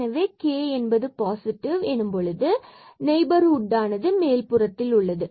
எனவே k positive பொழுது நெய்பர் ஹுட்டானது மேல் புறத்தில் உள்ளது